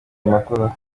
makuru